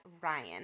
Ryan